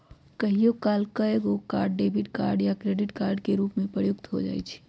कहियो काल एकेगो कार्ड डेबिट कार्ड आ क्रेडिट कार्ड के रूप में प्रयुक्त हो जाइ छइ